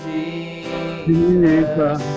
Jesus